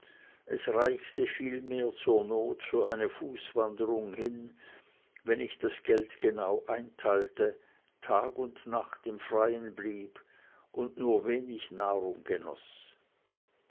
es reichte vielmehr zur not für eine fußwanderung hin wenn ich das geld genau einteilte tag und nacht im freien blieb und nur wenig nahrung genoß